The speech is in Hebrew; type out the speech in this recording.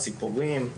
ציפורים,